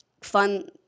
fun